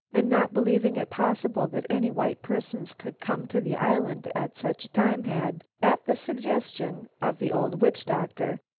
and not believing it possible that any white persons could come to the island at such a time, had, at the suggestion of the old witch-doctor,